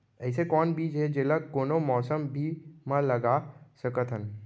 अइसे कौन बीज हे, जेला कोनो मौसम भी मा लगा सकत हन?